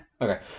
Okay